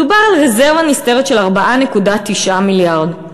מדובר על רזרבה נסתרת של 4.9 מיליארד,